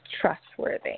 trustworthy